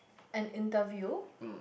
an interview